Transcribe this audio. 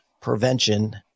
prevention